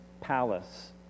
palace